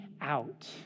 out